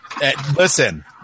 listen